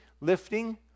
lifting